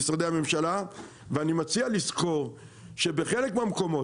ואני מציע לזכור שבחלק מהמקומות,